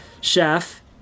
Chef